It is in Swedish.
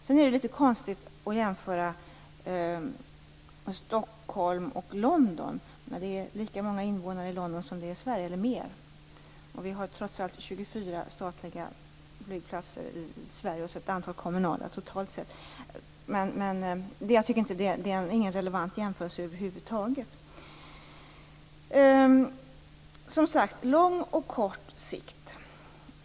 Sedan är det litet konstigt att jämföra Stockholm och London. Det är lika många invånare i London som det är i Sverige eller mer, och vi har trots allt 24 statliga flygplatser i Sverige samt ett antal kommunala. Jag tycker inte att det är en relevant jämförelse över huvud taget. Men som sagt: Det gäller att se både på lång och på kort sikt.